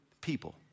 people